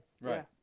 Right